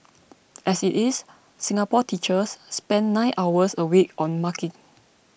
as it is Singapore teachers spend nine hours a week on marking